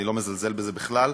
ואני לא מזלזל בזה בכלל,